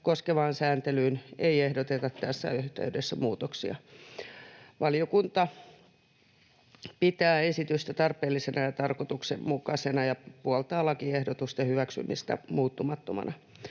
koskevaan sääntelyyn ei ehdoteta tässä yhteydessä muutoksia. Valiokunta pitää esitystä tarpeellisena ja tarkoituksenmukaisena ja puoltaa lakiehdotusten hyväksymistä muuttamattomina.